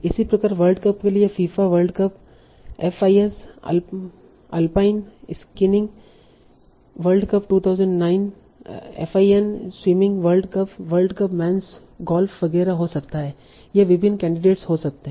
इसी प्रकार world cup के लिए यह FIFA world cup FIS alpine skiing world cup 2009 FIN swimming world cup world cup men's golf वगैरह हो सकता है ये विभिन्न कैंडिडेट हो सकते हैं